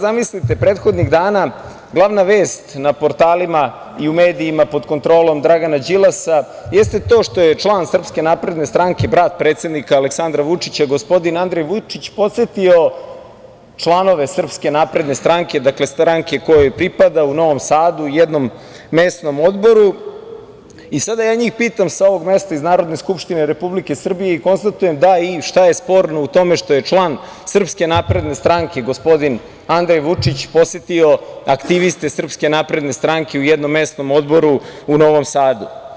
Zamislite sad, prethodnih dana glavna vest na portalima i u medijima pod kontrolom Dragana Đilasa jeste to što je član SNS, brat predsednika Aleksandra Vučića, gospodin Andrej Vučić, posetio članove SNS, dakle stranke kojoj pripada, u Novom Sadu, jednom mesnom odboru i sada ja njih pitam sa ovog mesta iz Narodne skupštine Republike Srbije - da, i šta je sporno u tome što je član SNS, gospodin Andrej Vučić, posetio aktiviste SNS u jednom mesnom odboru u Novom Sadu?